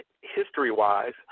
history-wise